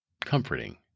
comforting